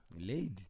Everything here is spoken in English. Laid